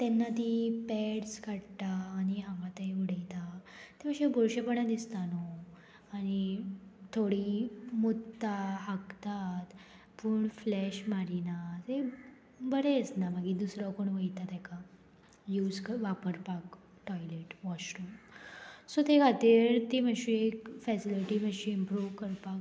तेन्ना ती पॅड्स काडटा आनी हांगा थंय उडयता ते मातशें बुरशेपणा दिसता न्हू आनी थोडी मुतात हागतात पूण फ्लॅश मारिना ते बरें दिसना मागीर दुसरो कोण वयता तेका यूज कर वापरपाक टॉयलेट वॉशरूम सो ते खातीर ती मातशी फेसिलिटी मातशी इम्प्रूव करपाक